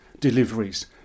deliveries